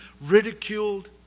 ridiculed